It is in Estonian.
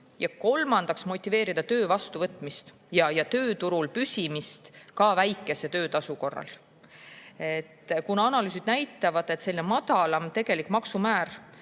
ja kolmandaks motiveerida töö vastuvõtmist ja tööturul püsimist ka väikese töötasu korral. Analüüsid näitavad, et madalam maksumäär